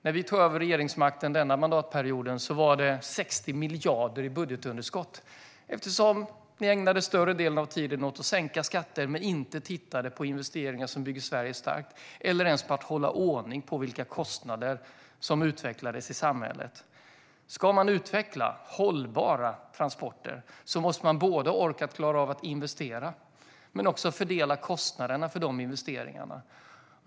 När vi tog över regeringsmakten denna mandatperiod var det 60 miljarder i budgetunderskott eftersom ni ägnade större delen av tiden åt att sänka skatter men inte åt att titta på investeringar som bygger Sverige starkt eller ens på att hålla ordning på vilka kostnader som utvecklades i samhället. Ska man utveckla hållbara transporter måste man både orka klara av att investera och fördela kostnaderna för investeringarna.